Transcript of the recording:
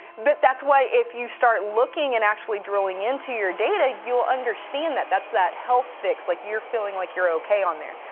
but that's why if you start looking, and actually drilling into your data, you'll understand that that's that health fix. like you're feeling like you're ok on there.